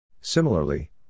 Similarly